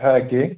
হ্যাঁ কে